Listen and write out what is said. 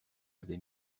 avait